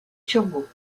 turgot